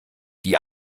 die